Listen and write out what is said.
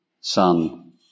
son